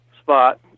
spot